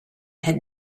had